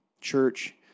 church